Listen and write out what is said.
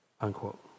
Unquote